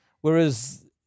Whereas